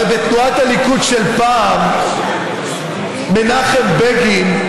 הרי בתנועת הליכוד של פעם, מנחם בגין,